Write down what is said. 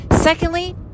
secondly